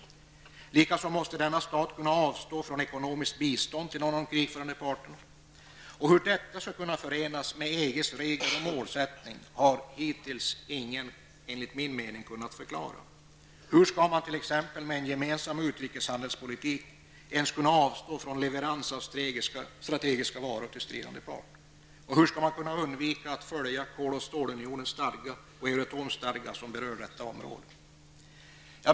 Likaså måste en neutral stat kunna avstå från ekonomiskt bistånd till krigförande part. Hur detta skall kunna förenas med EGs regler och målsättningar har hittills ingen, enligt min mening, kunnat förklara. Hur skall man t.ex. med en gemensam utrikeshandelspolitik ens kunna avstå från leverans av strategiska varor till stridande part? Och hur skall man kunna undvika att följa Kol och stålunionens stadga samt Euratoms stadga som berör detta område?